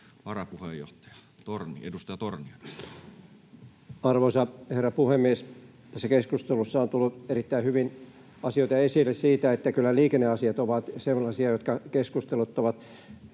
varapuheenjohtaja, edustaja Torniainen. Arvoisa herra puhemies! Tässä keskustelussa on tullut erittäin hyvin esille sitä, että kyllä liikenneasiat ovat sellaisia, jotka keskusteluttavat